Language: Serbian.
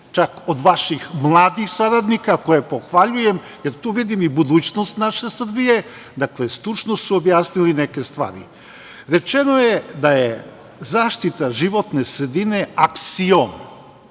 čak od vaših mladih saradnika koje pohvaljujem, jer tu vidim i budućnost naše Srbije, stručno su objasnili neke stvari, rečeno je da je zaštita životne sredine aksiom